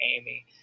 amy